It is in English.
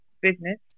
business